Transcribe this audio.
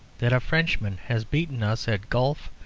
that a frenchman has beaten us at golf,